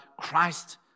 Christ